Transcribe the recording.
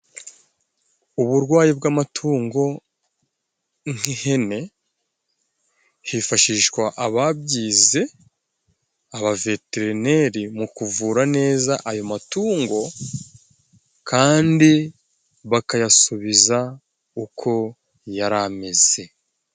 Uburwayi bw'amatungo nk'ihene, hifashishwa ababyize, abaveterineri mu kuvura neza ayo matungo, kandi bakayasubiza uko yari ameze.